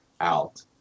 out